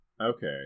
Okay